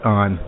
on